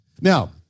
Now